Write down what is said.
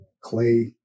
clay